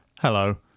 Hello